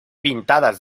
pintadas